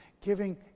Giving